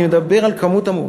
אני מדבר על כמות המורים,